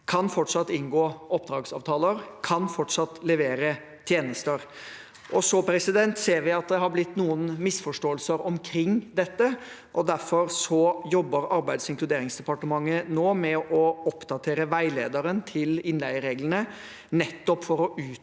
fortsatt kan inngå oppdragsavtaler, og fortsatt kan levere tjenester. Så ser vi at det har blitt noen misforståelser omkring dette, og derfor jobber Arbeids- og inkluderingsdepartementet nå med å oppdatere veilederen til innleiereglene, nettopp for å utdype